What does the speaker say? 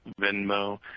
Venmo